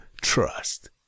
trust